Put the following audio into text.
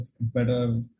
better